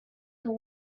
the